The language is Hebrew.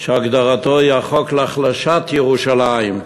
שהגדרתו היא החוק להחלשת ירושלים.